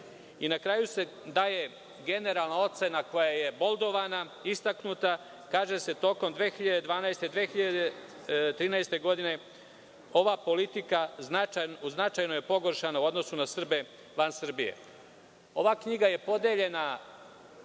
Na kraju se daje generalna ocena koja je boldovana, istaknuta i kaže se: „ Tokom 2012. i 2013. godine ova politika značajno je pogoršana u odnosu na Srbe van Srbije.“Ova knjiga je podeljena